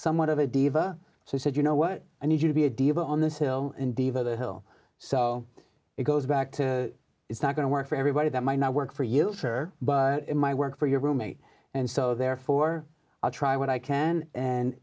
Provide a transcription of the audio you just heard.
somewhat of a diva so i said you know what i need you to be a diva on this hill and diva hill so it goes back to it's not going to work for everybody that might not work for you sure but in my work for your roommate and so therefore i'll try what i can and